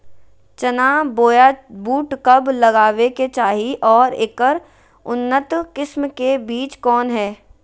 चना बोया बुट कब लगावे के चाही और ऐकर उन्नत किस्म के बिज कौन है?